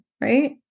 Right